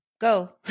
go